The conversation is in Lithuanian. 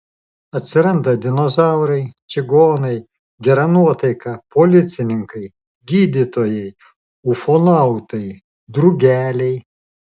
atsiranda dinozaurai čigonai gera nuotaika policininkai gydytojai ufonautai drugeliai